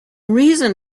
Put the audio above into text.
reason